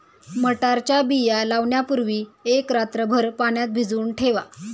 मटारच्या बिया लावण्यापूर्वी एक रात्रभर पाण्यात भिजवून ठेवा